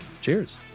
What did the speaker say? Cheers